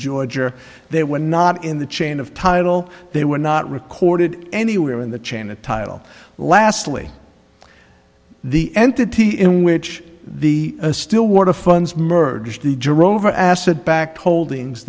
georgia they were not in the chain of title they were not recorded anywhere in the chain a title lastly the entity in which the stillwater funds merged drover asset backed holdings